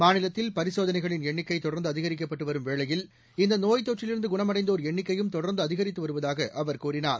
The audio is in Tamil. மாநிலத்தில் பரிசோதனைகளின் எண்ணிக்கை தொடர்ந்து அதிகரிக்கப்பட்டு வரும் வேளையில் இந்த நோய்த் தொற்றிலிருந்து குணமடைந்தோா் எண்ணிக்கையும் தொடா்ந்து அதிகித்து வருவதாக அவா் கூறினார்